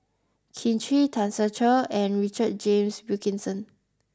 Kin Chui Tan Ser Cher and Richard James Wilkinson